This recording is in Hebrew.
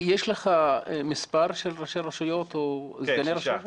יש לך מספר של ראשי רשויות או סגני ראשי רשויות?